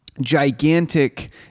gigantic